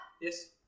Yes